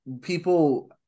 people